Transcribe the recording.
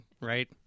right